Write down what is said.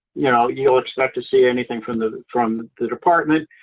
you know, you'll expect to see anything from the from the department.